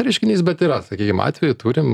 reiškinys bet yra sakykim atvejų turim